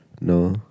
No